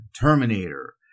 Terminator